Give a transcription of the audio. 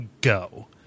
go